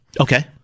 Okay